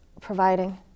providing